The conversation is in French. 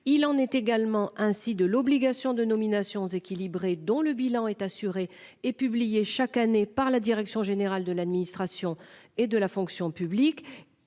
Il en est également ainsi de l'obligation de nomination équilibrée dont le bilan est assurée et publié chaque année par la direction générale de l'administration et de la fonction publique.